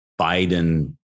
Biden